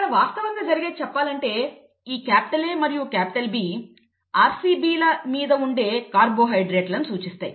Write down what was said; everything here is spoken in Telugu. అక్కడ వాస్తవంగా జరిగేది చెప్పాలంటే ఈ A మరియు B RCB ల మీద ఉండే కార్బోహైడ్రేట్లను సూచిస్తాయి